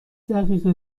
دقیقه